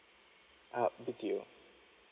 uh B_T_O